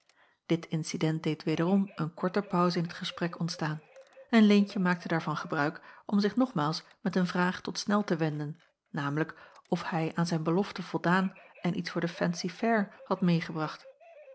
dit incident deed wederom een korte pauze in t gesprek ontstaan en leentje maakte daarvan gebruik om zich nogmaals met een vraag tot snel te wenden namelijk of hij aan zijn belofte voldaan en iets voor de fancy-fair had meêgebracht